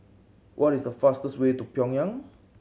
what is the fastest way to Pyongyang